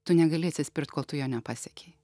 tu negali atsispirt kol tu jo nepasekei